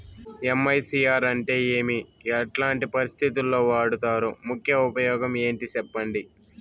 MICR అంటే ఏమి? ఎట్లాంటి పరిస్థితుల్లో వాడుతారు? ముఖ్య ఉపయోగం ఏంటి సెప్పండి?